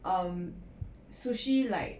um sushi like